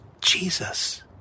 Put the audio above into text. Jesus